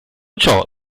ciò